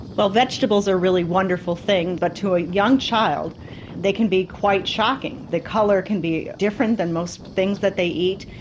well, vegetables are really wonderful things, but to a young child they can be quite shocking. the colour can be different than most things that they eat,